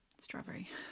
Strawberry